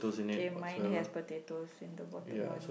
K mine has potatoes in the bottom one